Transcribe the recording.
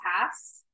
tasks